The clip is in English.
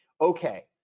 okay